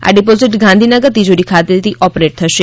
આ ડિપોઝિટ ગાંધીનગર તિજોરી ખાતેથી ઓપરેટ થશે